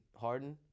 Harden